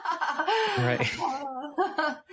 Right